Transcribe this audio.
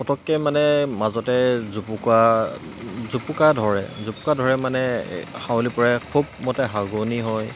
পটককে মানে মাজতে জুপুকা জুপুকা ধৰে জুপুৰা ধৰে মানে হাউলি পৰে খুব মতে হাগনি হয়